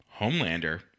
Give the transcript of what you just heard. homelander